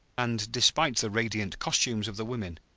and, despite the radiant costumes of the women,